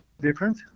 different